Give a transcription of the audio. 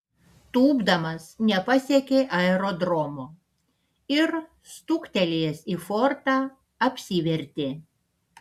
tūpdamas nepasiekė aerodromo ir stuktelėjęs į fortą apsivertė